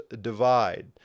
divide